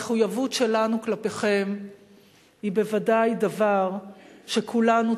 המחויבות שלנו כלפיכם היא בוודאי דבר שכולנו